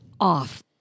off